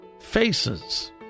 faces